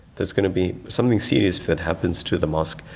there's going to be something serious that happens to the mosque,